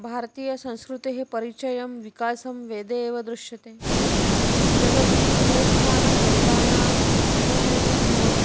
भारतीयसंस्कृतेः परिचयः विकासः वेदे एव दृश्यते जगति अग्रस्थानं वेदानाम् अध्ययनेन एव